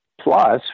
Plus